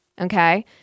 Okay